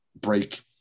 break